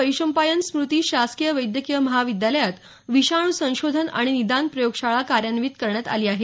वैशंपायन स्मूती शासकीय वैद्यकीय महाविद्यालयात विषाणू संशोधन आणि निदान प्रयोगशाळा कार्यान्वित करण्यात आली आहे